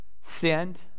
send